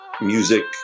music